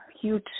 huge